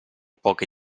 poche